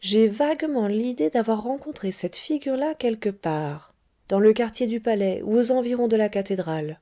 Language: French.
j'ai vaguement l'idée d'avoir rencontré cette figure-là quelque part dans le quartier du palais ou aux environs de la cathédrale